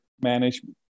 management